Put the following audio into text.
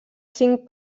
cinc